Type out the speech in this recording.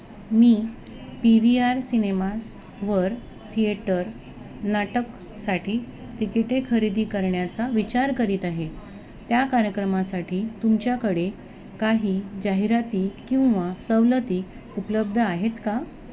मी P V R सिनेमासवर theatre नाटकासाठी तिकिटे खरेदी करण्याचा विचार करीत आहे त्या कार्यक्रमासाठी तुमच्याकडे काही जाहिराती किंवा सवलती उपलब्ध आहेत का